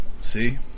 see